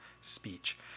speech